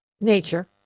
nature